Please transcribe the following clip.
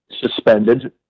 suspended